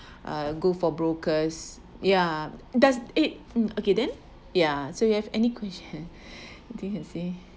uh go for brokers ya does it okay then ya so you have any question okay you say